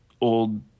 old